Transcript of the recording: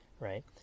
right